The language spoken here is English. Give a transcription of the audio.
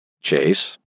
Chase